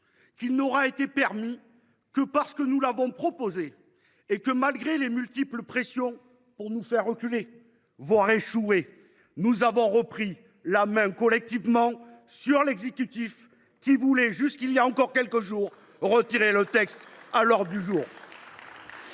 ci n’aura été possible que parce que nous avons proposé l’examen de ce texte et que, malgré les multiples pressions pour nous faire reculer, voire échouer, nous avons repris la main collectivement sur l’exécutif, qui voulait, jusqu’il y a encore quelques jours, retirer le texte de l’ordre du jour.